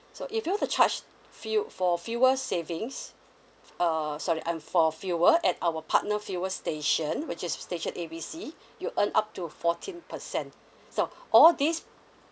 so if you were to charge fu~ for fuel savings uh sorry and for fuel at our partner fuel station which is station A B C you'll earn up to fourteen percent so all these